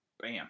Bam